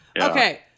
okay